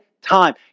Time